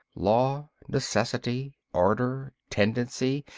law, necessity, order, tendency,